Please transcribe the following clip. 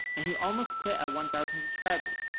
and he almost quit at one thousand subscribers.